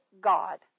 God